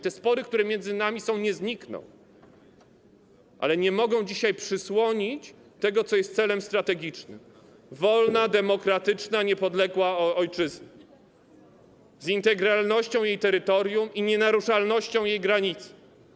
Te spory, które między nami są, nie znikną, ale nie mogą dzisiaj przysłonić tego, co jest celem strategicznym: wolna, demokratyczna, niepodległa ojczyzna z integralnością terytorium i nienaruszalnością granicy.